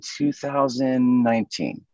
2019